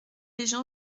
jean